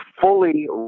fully